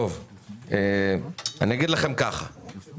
הצו